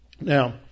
Now